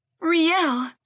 Riel